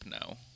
now